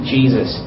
Jesus